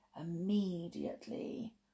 immediately